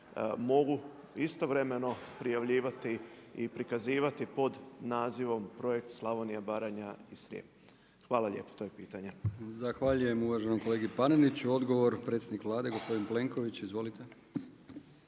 mogu istovremeno prijavljivati i prikazivati pod nazivom projekt Slavonija, Baranja i Srijem. Hvala lijepo, to je pitanje. **Brkić, Milijan (HDZ)** Zahvaljujem uvaženom kolegi Paneniću. Odgovor predsjednik Vlade, gospodin Plenković, izvolite.